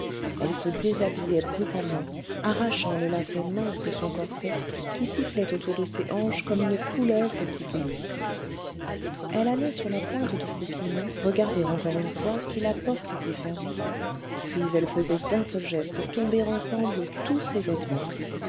elle se déshabillait brutalement arrachant le lacet mince de son corset qui sifflait autour de ses hanches comme une couleuvre qui glisse elle allait sur la pointe de ses pieds nus regarder encore une fois si la porte était fermée puis elle faisait d'un seul geste tomber ensemble tous ses vêtements